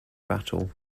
battle